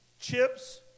chips